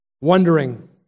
Wondering